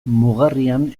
mugarrian